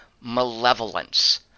malevolence